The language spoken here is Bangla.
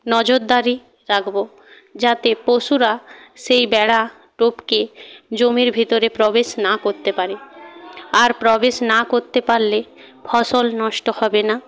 নজরদারি রাখব যাতে পশুরা সেই বেড়া টপকে জমির ভিতরে প্রবেশ না করতে পারে আর প্রবেশ না করতে পারলে ফসল নষ্ট হবে না